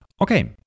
Okay